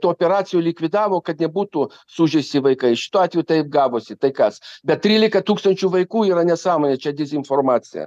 tų operacijų likvidavo kad nebūtų sužeisti vaikai šituo atveju taip gavosi tai kas bet trylika tūkstančių vaikų yra nesąmonė čia dezinformacija